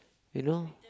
you know